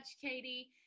Katie